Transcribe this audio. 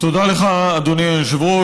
תודה לך, אדוני היושב-ראש.